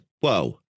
whoa